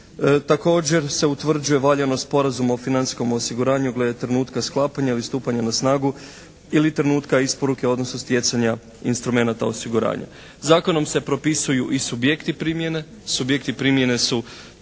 Također se utvrđuje valjanost Sporazuma o financijskom osiguranju glede trenutka sklapanja ili stupanja na snagu ili trenutka isporuke odnosno stjecanja instrumenata osiguranja. Zakonom se propisuju i subjekti primjene. Subjekti primjene su